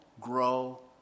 grow